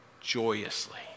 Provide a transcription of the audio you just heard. joyously